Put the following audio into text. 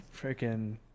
freaking